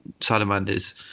salamanders